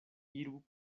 iru